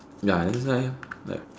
ya that's why like